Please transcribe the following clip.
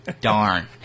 Darn